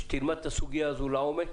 שתלמד את הסוגיה הזאת לעומק